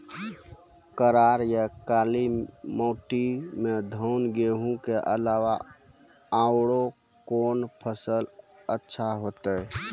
करार या काली माटी म धान, गेहूँ के अलावा औरो कोन फसल अचछा होतै?